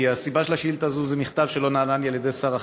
כי הסיבה של השאילתה הזאת זה מכתב שלי שלא נענה על-ידי שר החינוך.